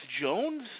Jones